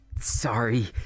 sorry